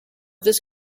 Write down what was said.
this